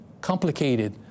complicated